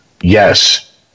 Yes